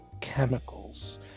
chemicals